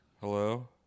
Hello